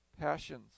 passions